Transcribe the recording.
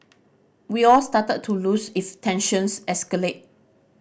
we all started to lose if tensions escalate